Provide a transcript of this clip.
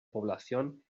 población